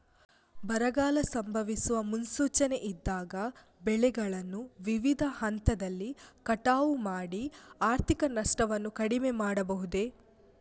ಬರಗಾಲ ಸಂಭವಿಸುವ ಮುನ್ಸೂಚನೆ ಇದ್ದಾಗ ಬೆಳೆಗಳನ್ನು ವಿವಿಧ ಹಂತದಲ್ಲಿ ಕಟಾವು ಮಾಡಿ ಆರ್ಥಿಕ ನಷ್ಟವನ್ನು ಕಡಿಮೆ ಮಾಡಬಹುದೇ?